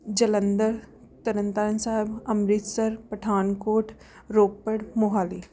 Jalandhar Tarn Taran Sahib Amritsar Pathankot Ropar Mohali